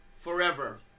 forever